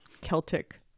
Celtic